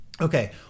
Okay